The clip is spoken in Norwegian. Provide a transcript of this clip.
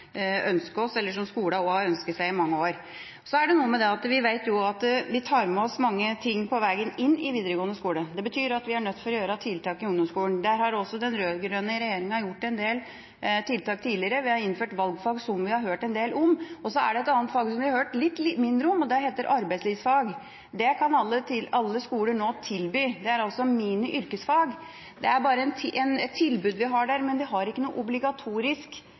ønsket seg i mange år. Så er det noe med det at vi vet jo at vi tar med oss mange ting på veien inn i videregående skole. Det betyr at vi er nødt til å gjøre tiltak i ungdomsskolen. Der har også den rød-grønne regjeringa gjort en del tiltak tidligere. Vi har innført valgfag, som vi har hørt en del om. Så er det et annet fag som vi har hørt litt mindre om, og det heter arbeidslivsfag. Det kan alle skoler nå tilby. Det er altså «mini-yrkesfag». Det er bare et tilbud vi har der, men vi har ikke noe obligatorisk